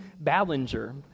Ballinger